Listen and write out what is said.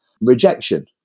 rejection